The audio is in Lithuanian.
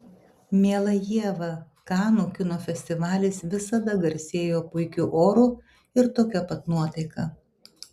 miela ieva kanų kino festivalis visada garsėjo puikiu oru ir tokia pat nuotaika